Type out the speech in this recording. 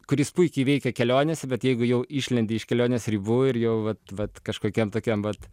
kuris puikiai veikia kelionėse bet jeigu jau išlendi iš kelionės ribų ir jau vat vat kažkokiam tokiam vat